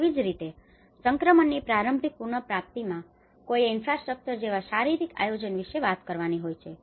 તેવી જ રીતે સંક્રમણની પ્રારંભિક પુનપ્રાપ્તિમાં કોઈએ ઇન્ફ્રાસ્ટ્રક્ચર જેવા શારીરિક આયોજન વિશે વાત કરવાની હોય છે